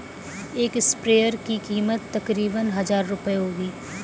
एक स्प्रेयर की कीमत तकरीबन हजार रूपए होगी